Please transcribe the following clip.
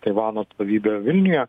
taivano atstovybę vilniuje